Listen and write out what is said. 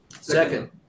second